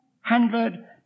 hundred